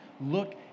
Look